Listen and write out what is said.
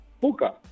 Puka